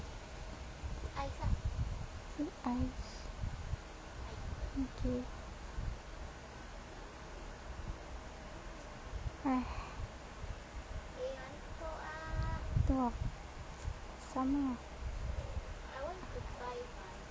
put ice thank you sama ah